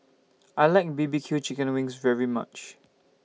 I like B B Q Chicken Wings very much